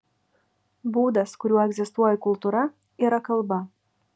būdas kuriuo egzistuoja kultūra yra kalba